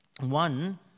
One